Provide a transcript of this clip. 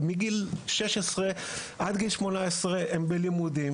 ומגיל 16 עד 18 הם בלימודים.